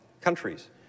countries